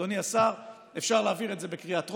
אדוני השר, אפשר להעביר את זה בקריאה טרומית,